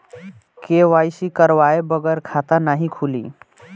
KYC करवाये बगैर खाता नाही खुली?